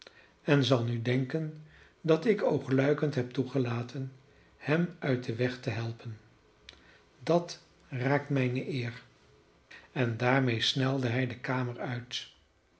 en zal nu denken dat ik oogluikend heb toegelaten hem uit den weg te helpen dat raakt mijne eer en daarmede snelde hij de kamer uit